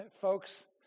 folks